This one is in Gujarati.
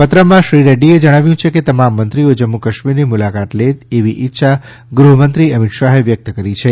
પત્રમાં શ્રીરેડ્ડીએ જણાવ્યું છે કે તમામ મંત્રીઓ જમ્મુ કાશ્મીરની મુલાકાત લે એવી ઇચ્છા ગૃહમંત્રી શ્રી અમિત શાહે વ્યક્ત કરી છે